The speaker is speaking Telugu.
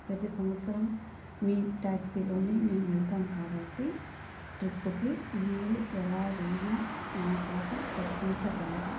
ప్రతీ సంవత్సరం మీ ట్యాక్సీలోనే మేమేళ్తాము కాబట్టి ట్రిప్పుకి మీరు ఎలాగైనా మాకోసం తగ్గించగలరు